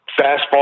fastball